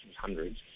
hundreds